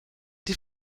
die